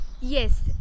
Yes